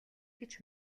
гэж